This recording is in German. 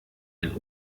einen